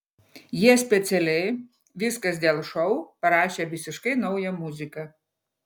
jie specialiai viskas dėl šou parašė visiškai naują muziką